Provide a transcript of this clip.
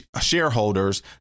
shareholders